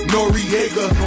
Noriega